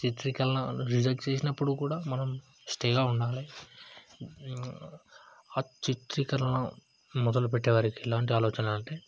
చిత్రీకరణ రిజెక్ట్ చేసినప్పుడు కూడా మనం స్టేగా ఉండాలి ఆ చిత్రీకరణ మొదలు పెట్టేవారికి ఏలాంటి ఆలోచన అంటే